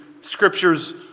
Scripture's